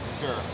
Sure